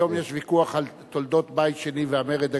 היום יש ויכוח על תולדות בית שני והמרד הגדול,